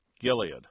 Gilead